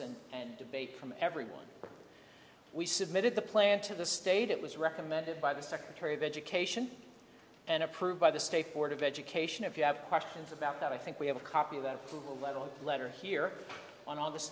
and and debate from everyone we submitted the plan to the state it was recommended by the secretary of education and approved by the state board of education if you have questions about that i think we have a copy of that approval level letter here on august